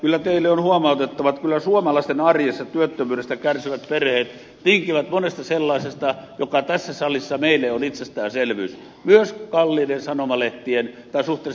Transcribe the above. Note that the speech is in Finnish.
kyllä teille on huomautettava että kyllä suomalaisten arjessa työttömyydestä kärsivät perheet tinkivät monesta sellaisesta joka tässä salissa meille on itsestäänselvyys myös suhteellisen kalliiden sanomalehtien tilauksesta